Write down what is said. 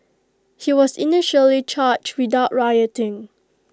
he was initially charged without rioting